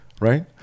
right